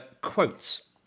Quotes